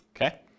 Okay